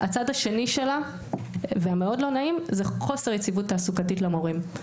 הצד השני שלה והמאוד לא נעים זה חוסר יציבות תעסוקתית למורים.